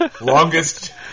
Longest